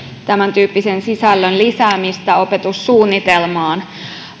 tämäntyyppisen sisällön lisäämistä opetussuunnitelmaan